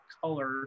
color